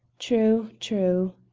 true, true!